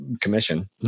commission